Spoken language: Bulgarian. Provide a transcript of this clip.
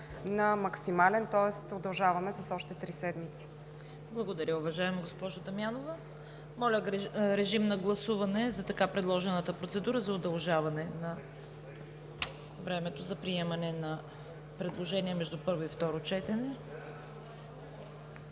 на максимален, тоест удължаваме с още три седмици. ПРЕДСЕДАТЕЛ ЦВЕТА КАРАЯНЧЕВА: Благодаря, уважаема госпожо Дамянова. Моля, режим на гласуване за така предложената процедура за удължаване на времето за приемане на предложения между първо и второ четене.